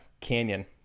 Canyon